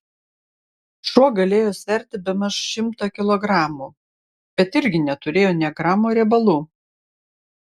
šuo galėjo sverti bemaž šimtą kilogramų bet irgi neturėjo nė gramo riebalų